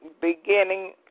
beginning